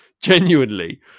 genuinely